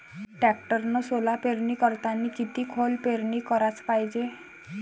टॅक्टरनं सोला पेरनी करतांनी किती खोल पेरनी कराच पायजे?